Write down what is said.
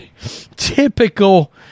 typical